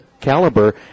caliber